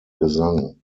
gesang